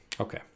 Okay